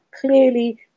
Clearly